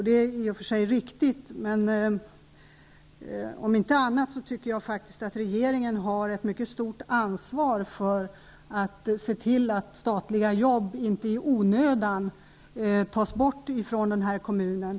Det är i och för sig riktigt, men om inte annat tycker jag faktiskt att regeringen har ett mycket stort ansvar för att se till att statliga jobb inte i onödan tas bort ifrån den här kommunen.